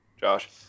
Josh